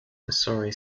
missouri